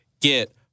get